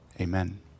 Amen